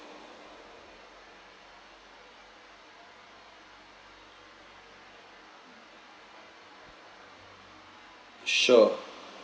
sure